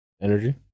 Energy